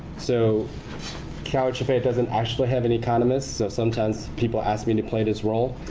so calhfa doesn't actually have any economist, so sometimes, people ask me to play this role.